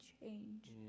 change